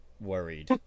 worried